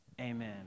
Amen